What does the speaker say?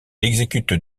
exécute